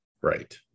Right